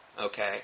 okay